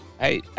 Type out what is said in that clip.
Hey